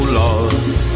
lost